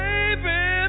Baby